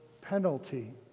penalty